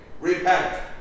Repent